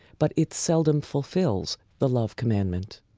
but it seldom fulfils the love commandment.